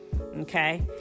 okay